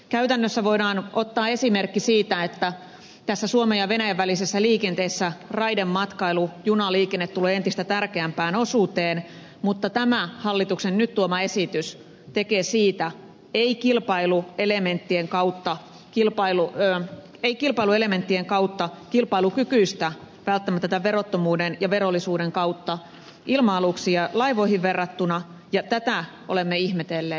käytännössä voidaan ottaa esimerkki siitä että tässä suomen ja venäjän välisessä liikenteessä raidematkailu junaliikenne tulee entistä tärkeämpään osuuteen mutta tämä hallituksen nyt tuoma esitys tekee siitä välttämättä ei kilpailukykyelementtien kautta vaan tämän verottomuuden ja verollisuuden kautta vähemmän kilpailukykyistä ilma aluksiin ja laivoihin verrattuna ja tätä olemme ihmetelleet